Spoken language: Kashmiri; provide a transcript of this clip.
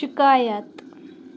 شِکایَت